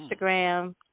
Instagram